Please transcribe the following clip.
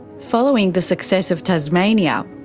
following the success of tasmania,